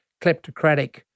kleptocratic